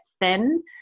thin